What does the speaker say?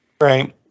Right